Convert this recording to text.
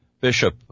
bishop